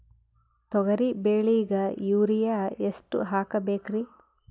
ತೊಗರಿ ಬೆಳಿಗ ಯೂರಿಯಎಷ್ಟು ಹಾಕಬೇಕರಿ?